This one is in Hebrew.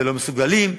ולא מסוגלים,